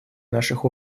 наших